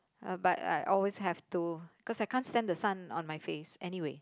uh but like always have to cause I can't stand the sun on my face anyway